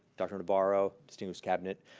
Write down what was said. dr. navarro, students cabinet,